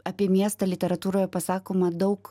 apie miestą literatūroj pasakoma daug